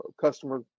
customer